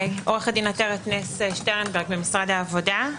אני ממשרד העבודה.